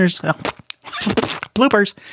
Bloopers